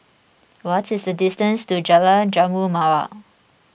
what is the distance to Jalan Jambu Mawar